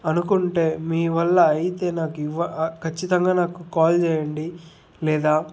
అనుకుంటే మీ వల్ల అయితే నాకు ఖచ్చితంగా నాకు కాల్ చేయండి లేదా